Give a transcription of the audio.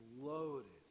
loaded